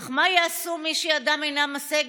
אך מה יעשו מי שידם אינה משגת?